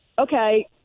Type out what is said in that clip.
okay